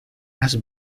has